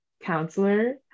Counselor